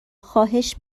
خواهش